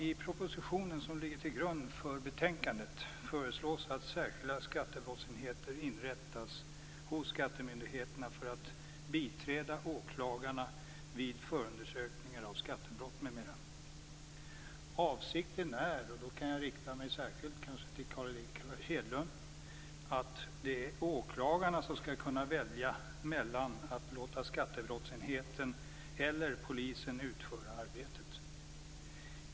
I propositionen som ligger till grund för betänkandet föreslås att särskilda skattebrottsenheter inrättas hos skattemyndigheterna för att biträda åklagarna vid förundersökning av skattebrott m.m. Avsikten är - och här kan jag rikta mig särskilt till Carl Erik Hedlund - att åklagarna skall kunna välja mellan att låta skattebrottsenheten eller polisen utföra arbetet.